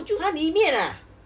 !huh! 里面 ah